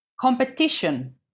competition